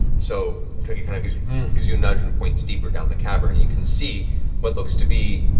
so trinket kind of gives gives you a nudge and points deeper down the cavern. and you can see what looks to be